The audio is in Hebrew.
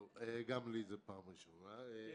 בבקשה.